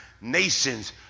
nations